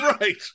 right